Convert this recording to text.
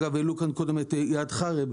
העלו כאן קודם את איאד חארב,